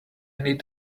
need